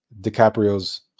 DiCaprio's